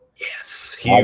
Yes